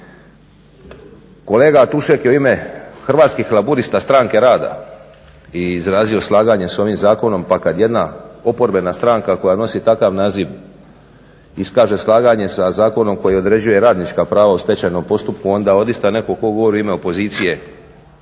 Kolega Tušek je u ime Hrvatskih laburista stranke rada izrazio slaganje sa ovim Zakonom pa kada jedna oporbena stranka koja nosi takav naziv iskaže slaganje sa zakonom koji određuje radnička prava u stečajnom postupku onda odista netko tko govorio u ime opozicije